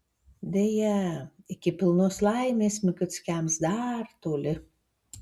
deja iki pilnos laimės mikuckiams dar toli